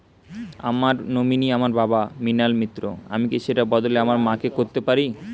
আমার নমিনি আমার বাবা, মৃণাল মিত্র, আমি কি সেটা বদলে আমার মা কে করতে পারি?